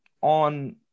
on